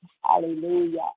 Hallelujah